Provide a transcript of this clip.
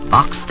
Box